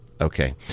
okay